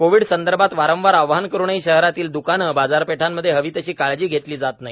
COVID संदर्भात वारंवार आवाहन करूनही शहरातील द्काने बाजारपेठांमध्ये हवी तशी काळजी घेतली जात नाही